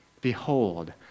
Behold